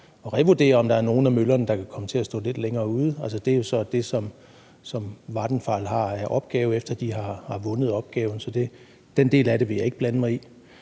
at revurdere, om der er nogle af møllerne, der kan komme til at stå lidt længere ude. Altså, det er jo så det, som Vattenfall har som opgave, efter at de har vundet opgaven. Så den del af det vil jeg ikke blande mig i.